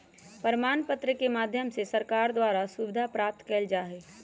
प्रमाण पत्र के माध्यम से सरकार के द्वारा सुविधा प्राप्त कइल जा हई